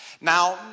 Now